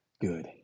good